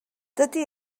dydy